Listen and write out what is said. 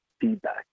feedback